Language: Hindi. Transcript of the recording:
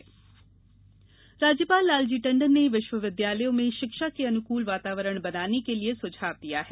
राज्यपाल राज्यपाल लालजी टंडन ने विश्वविद्यालयों में शिक्षा के अनुकूल वातावरण बनाने के लिए सुझाव दिया है